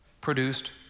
produced